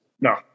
no